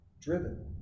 driven